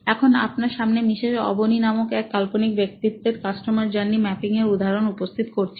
এখন আপনার সামনে মিসেস অবনী নামক একটি কাল্পনিক বেক্তিত্বের কাস্টমার জার্নি ম্যাপিং এর উদাহরণ উপস্থিত করছি